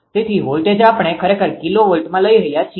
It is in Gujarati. તેથી વોલ્ટેજ આપણે ખરેખર કિલોવોલ્ટમાં લઈ રહ્યા છીએ